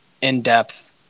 in-depth